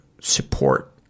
support